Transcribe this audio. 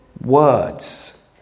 words